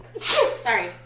Sorry